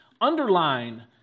underline